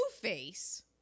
face